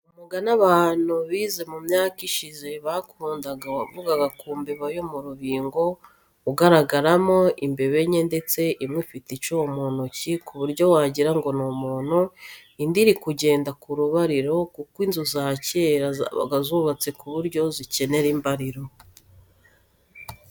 Umugani abantu bize mu myaka ishize bakundaga wavugaga ku mbeba yo mu rubingo, ugaragaramo imbeba enye ndetse imwe ifite icumu mu ntoki ku buryo wagira ngo ni umuntu, indi iri kugenda ku rubariro kuko inzu za kera zabaga zubatswe ku buryo zikenera imbariro.